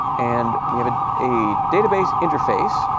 and we have ah a database interface,